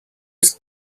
was